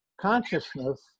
consciousness